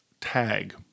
tag